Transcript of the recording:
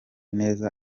neza